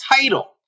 title